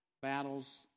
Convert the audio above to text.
battles